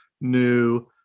new